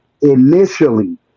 initially